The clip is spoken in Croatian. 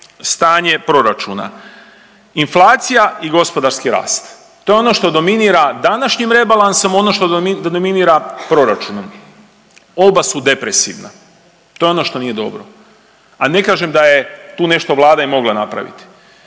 stanje proračuna? Inflacija i gospodarski rast. To je ono što dominira današnjim rebalansom, ono što dominira proračunom. Oba su depresivna. To je ono što nije dobro, a ne kažem da je tu nešto Vlada i mogla napraviti.